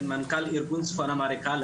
מנכ"ל ארגון צפון אמריקה,